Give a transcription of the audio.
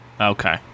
Okay